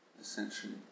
essentially